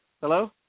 Hello